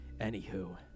Anywho